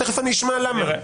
תכף אשמע למה.